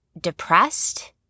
depressed